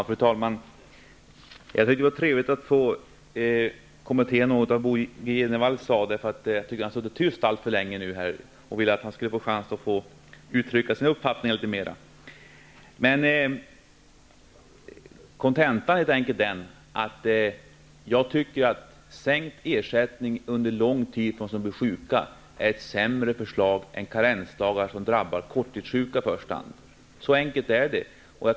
Fru talman! Det var trevligt att få kommentera något av det Bo G. Jenevall sade. Han har suttit tyst alltför länge, och jag ville att han skulle få chans att uttrycka sin uppfattning. Kontentan är att sänkt ersättning under lång tid för dem som blir sjuka är ett sämre förslag än karensdagar, som i första hand drabbar korttidssjuka. Så enkelt är det.